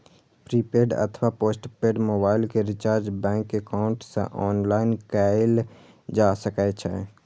prepaid अथवा postpaid mobile के recharge bank account सं ऑनलाइन कैल जा सकै छै